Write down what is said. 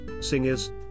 singers